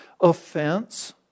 Offense